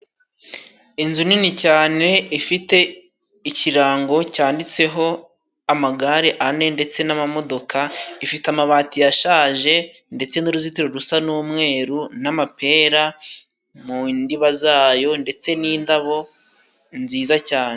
Inzu nini cyane ifite ikirango cyanditseho amagare ane ndetse n'amamodoka, ifite amabati ashaje ndetse n'uruzitiro rusa n'umweru, n'amapera mu ndiba zayo ndetse n'indabo nziza cyane.